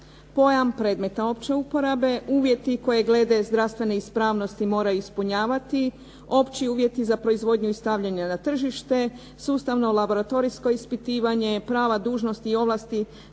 pojam predmeta opće uporabe, uvjeti koji glede zdravstvene ispravnosti moraju ispunjavati, opći uvjeti za proizvodnju i stavljanja na tržište, sustavno laboratorijsko ispitivanje, prava, dužnosti i ovlasti